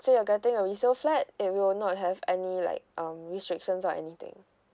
say you're getting a resale flat it will not have any like um restrictions or anything